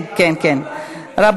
אה,